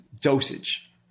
dosage